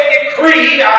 decreed